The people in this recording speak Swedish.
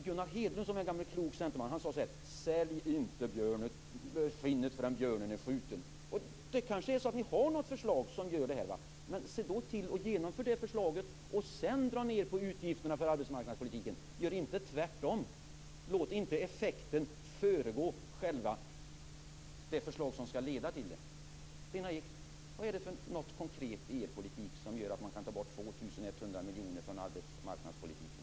Gunnar Hedlund, som var en gammal klok centerman, sade så här: Sälj inte skinnet förrän björnen är skjuten. Ni kanske har ett förslag som gör det möjligt. Men se då till att genomföra det förslaget och sedan dra ned på utgifterna för arbetsmarknadspolitiken. Gör inte tvärtom. Låt inte effekten föregå det förslag som skall leda till den. Vad är det för konkret i er politik som gör att man kan ta bort 2 100 miljoner från arbetsmarknadspolitiken?